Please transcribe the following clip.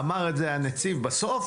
אמר את זה הנציב בסוף